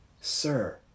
sir